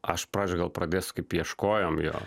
aš pradžioj gal pradėsiu kaip ieškojom jo